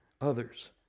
others